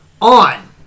on